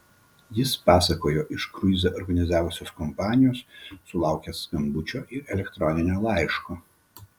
jis pasakojo iš kruizą organizavusios kompanijos sulaukęs skambučio ir elektroninio laiško